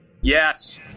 Yes